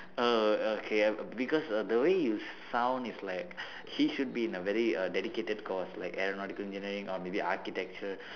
err okay because err the way you sound it's like he should be in a very uh dedicated course like aeronautical engineering or maybe architecture